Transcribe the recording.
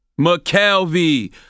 McKelvey